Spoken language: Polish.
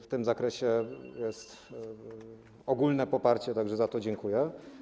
W tym zakresie jest ogólne poparcie, tak że za to dziękuję.